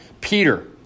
Peter